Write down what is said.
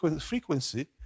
frequency